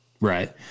Right